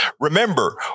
remember